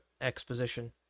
exposition